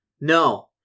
no